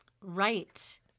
Right